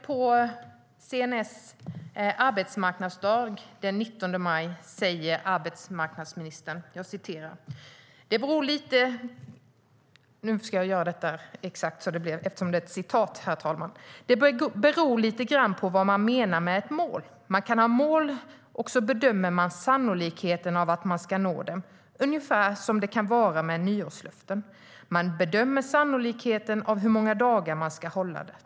På SNS arbetsmarknadsdag den 19 maj sa arbetsmarknadsministern: "Det beror litegrann på vad man menar med ett mål. Man kan ha mål och så bedömer man sannolikheten av att man ska nå dem, ungefär som det kan vara med nyårslöften, man bedömer sannolikheten av hur många dagar man ska hålla det.